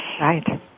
Right